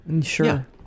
Sure